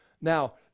Now